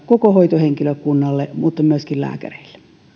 koko hoitohenkilökunnalle mutta myöskin lääkäreille